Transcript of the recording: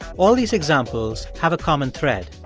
all these examples have a common thread.